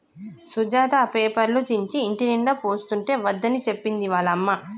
సుజాత పేపర్లు చించి ఇంటినిండా పోస్తుంటే వద్దని చెప్పింది వాళ్ళ అమ్మ